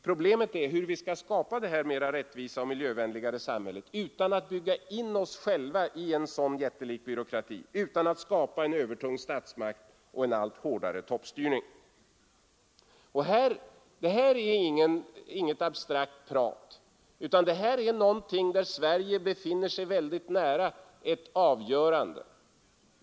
Problemet är hur vi skall skapa detta rättvisare och mera miljövänliga samhälle utan att bygga in oss själva i en sådan jättelik byråkrati, utan att skapa en övertung statsmakt och en allt hårdare toppstyrning. Det här är inget abstrakt prat, utan detta är någonting där Sverige befinner sig väldigt nära ett avgörande.